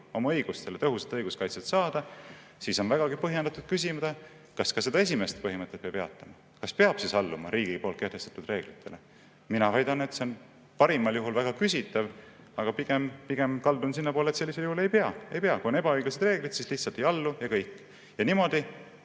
oma õigustele tõhusat õiguskaitset saada, siis on vägagi põhjendatud küsida, kas ka seda esimest põhimõtet ei pea peatama. Kas peab siis alluma riigi poolt kehtestatud reeglitele? Mina väidan, et see on parimal juhul väga küsitav, aga pigem kaldun sinnapoole, et sellisel juhul ei pea. Ei pea! Kui on ebaõiglased reeglid, siis lihtsalt ei allu ja kõik. Ja niimoodi